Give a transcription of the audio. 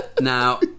Now